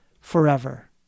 forever